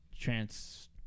trans